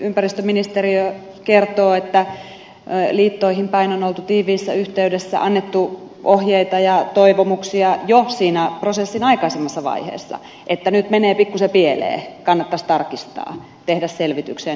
ympäristöministeriö kertoo että liittoihin päin on oltu tiiviissä yhteydessä annettu ohjeita ja toivomuksia jo siinä prosessin aikaisemmassa vaiheessa että nyt menee pikkuisen pieleen kannattaisi tarkistaa tehdä selvityksiä ja niin edelleen